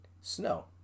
snow